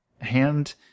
hand